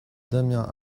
damien